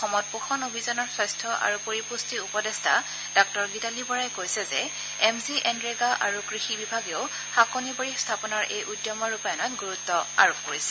অসমত পোষণ অভিযানৰ স্বাস্য আৰু পৰিপুষ্টি উপদেষ্টা ডাঃ গিতালী বৰাই কৈছে যে এম জি এনৰেগা আৰু কৃষি বিভাগেও শাকনিবাৰী স্থাপনৰ এই উদ্যমৰ ৰূপায়ণত গুৰুত্ আৰোপ কৰিছে